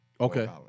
okay